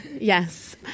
Yes